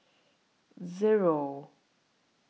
Zero